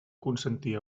consentia